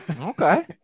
okay